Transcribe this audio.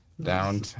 down